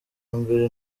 mbere